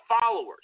followers